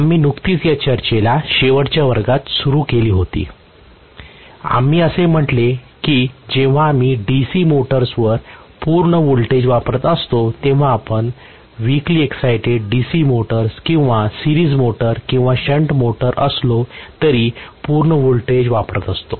आम्ही नुकतीच या चर्चेला शेवटच्या वर्गात सुरुवात केली होती आम्ही असे म्हटले होते की जेव्हा आम्ही DC मोटरवर पूर्ण व्होल्टेज वापरत असतो तेव्हा आपण साप्ताहिक एक्सायटेड DC मोटर्स किंवा सिरीज मोटर किंवा शंट मोटर असलो तरी पूर्ण व्होल्टेज वापरत असतो